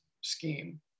scheme